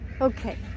Okay